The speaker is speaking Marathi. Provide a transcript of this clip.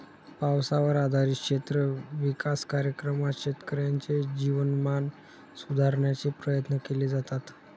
पावसावर आधारित क्षेत्र विकास कार्यक्रमात शेतकऱ्यांचे जीवनमान सुधारण्याचे प्रयत्न केले जातात